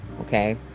Okay